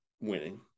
winning